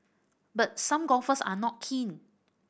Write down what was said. but some golfers are not keen